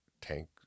tank